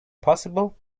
possible